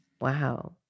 Wow